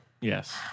Yes